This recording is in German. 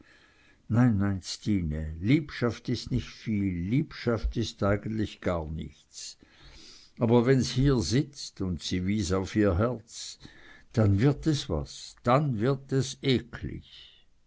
nein nein stine liebschaft is nich viel liebschaft is eigentlich gar nichts aber wenn's hier sitzt und sie wies aufs herz dann wird es was dann wird es eklig